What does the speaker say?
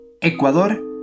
Ecuador